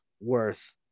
worth